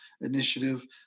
initiative